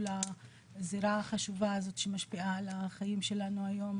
לזירה החשובה הזאת שמשפיעה על החיים שלנו היום,